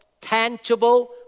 Tangible